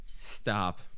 stop